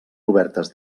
obertes